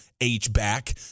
H-back